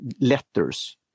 letters